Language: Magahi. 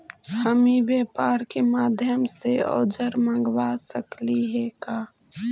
हम ई व्यापार के माध्यम से औजर मँगवा सकली हे का?